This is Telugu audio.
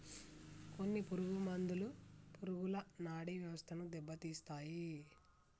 కొన్ని పురుగు మందులు పురుగుల నాడీ వ్యవస్థను దెబ్బతీస్తాయి